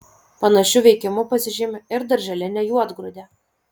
panašiu veikimu pasižymi ir darželinė juodgrūdė